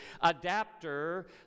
adapter